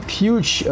huge